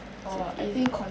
so it's